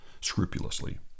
scrupulously